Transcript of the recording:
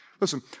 Listen